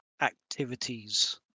activities